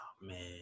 Man